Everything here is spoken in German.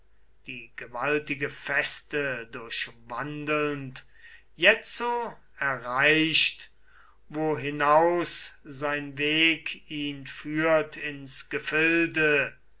die gewaltige feste durchwandelnd jetzo erreicht wo hinaus sein weg ihn führt ins gefilde